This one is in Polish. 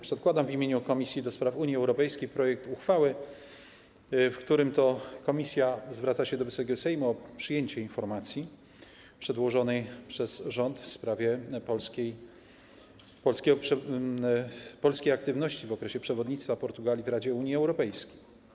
Przedkładam w imieniu Komisji do Spraw Unii Europejskiej projekt uchwały, w którym to komisja zwraca się do Wysokiego Sejmu o przyjęcie informacji przedłożonej przez rząd w sprawie polskiej aktywności w okresie przewodnictwa Portugalii w Radzie Unii Europejskiej.